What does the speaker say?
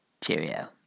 Cheerio